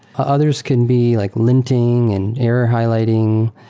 ah others can be like limiting and error highlighting.